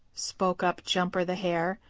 spoke up jumper the hare.